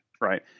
right